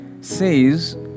says